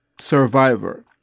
survivor